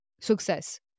success